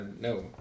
No